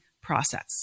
process